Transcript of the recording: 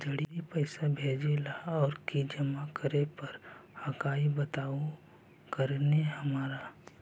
जड़ी पैसा भेजे ला और की जमा करे पर हक्काई बताहु करने हमारा?